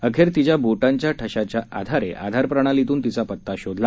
अखेर तिच्या बोटांच्या ठशाच्या आधारे आधार प्रणालीतून तिचा पता शोधण्यात आला